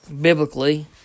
biblically